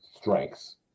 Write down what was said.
strengths